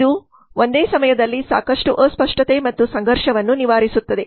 ಇದು ಒಂದೇ ಸಮಯದಲ್ಲಿ ಸಾಕಷ್ಟು ಅಸ್ಪಷ್ಟತೆ ಮತ್ತು ಸಂಘರ್ಷವನ್ನು ನಿವಾರಿಸುತ್ತದೆ